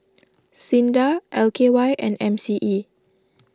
Sinda L K Y and M C E